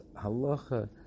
halacha